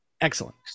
Excellent